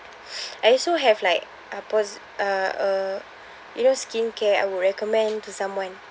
I also have like a pos~ uh a you know skincare I will recommend to someone